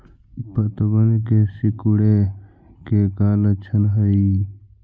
पत्तबन के सिकुड़े के का लक्षण हई?